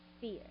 fear